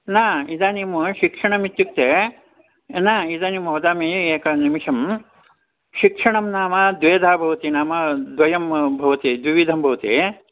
न इदानीं शिक्षणमित्युक्ते न इदानीं वदामि एकं निमिषं शिक्षणं नाम द्विधा भवति नाम द्वयं भवति द्विविधं भवति